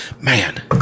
Man